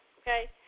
okay